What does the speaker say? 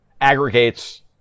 aggregates